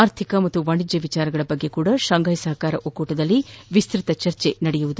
ಆರ್ಥಿಕ ಮತ್ತು ವಾಣಿಜ್ಯ ವಿಷಯಗಳ ಕುರಿತಂತೆಯೂ ಶಾಂಘೈ ಸಹಕಾರ ಒಕ್ಕೂ ್ದದಲ್ಲಿ ವಿಸ್ಪತ ಚರ್ಚೆ ನಡೆಯಲಿದೆ